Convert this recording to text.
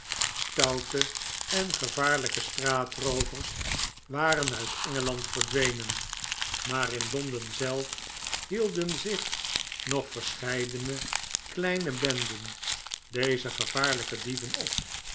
stoute en gevaarlijke straatroovers waren uit engeland verdwenen maar in londen zelf hieldenzich nog verscheidene kleine benden dezer gevaarhjke dieven op